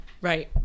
right